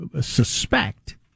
suspect